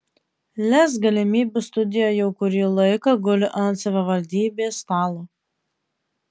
lez galimybių studija jau kurį laiką guli ant savivaldybės stalo